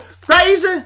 crazy